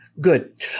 Good